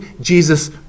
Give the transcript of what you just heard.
Jesus